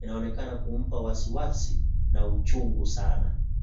inaonekana kumpa wasiwasi, na uchungu sana.